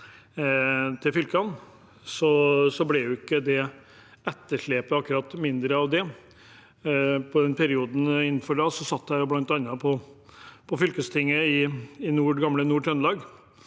til fylkene, ble ikke etterslepet akkurat mindre av det. I den perioden satt jeg bl.a. på fylkestinget i det gamle Nord-Trøndelag.